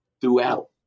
throughout